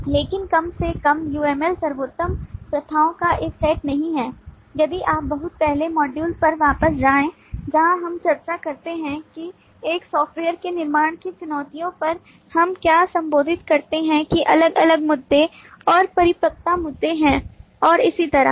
अंतिम लेकिन कम से कम UML सर्वोत्तम प्रथाओं का एक सेट नहीं है यदि आप बहुत पहले मॉड्यूल पर वापस जाएं जहां हम चर्चा करते हैं कि एक सॉफ्टवेयर के निर्माण की चुनौतियों पर हम क्या संबोधित करते हैं कि अलग अलग मुद्दे और परिपक्वता मुद्दे हैं और इसी तरह